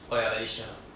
oh ya alicia